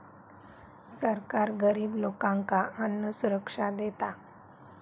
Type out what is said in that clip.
सरकार गरिब लोकांका अन्नसुरक्षा देता